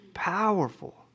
powerful